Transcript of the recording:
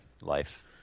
life